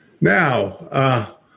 Now